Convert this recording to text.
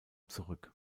zurück